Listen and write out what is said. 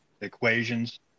equations